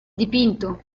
dipinto